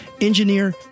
engineer